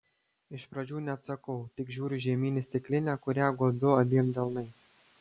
iš pradžių neatsakau tik žiūriu žemyn į stiklinę kurią gobiu abiem delnais